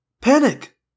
Panic